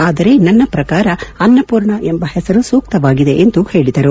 ಆದರೆ ನನ್ನ ಪ್ರಕಾರ ಅನ್ನಪೂರ್ಣ ಎಂಬ ಹೆಸರು ಸೂಕ್ತವಾಗಿದೆ ಎಂದು ಹೇಳಿದರು